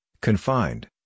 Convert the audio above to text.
confined